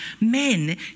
men